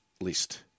list